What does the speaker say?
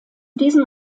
diesem